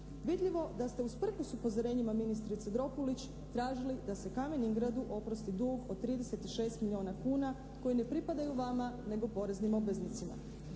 vidljivo da ste usprkos upozorenjima ministrice Dropulić tražili da se Kamen Ingradu oprosti dug od 36 milijuna kuna koji ne pripadaju vama nego poreznim obveznicima.